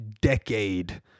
decade